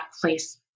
place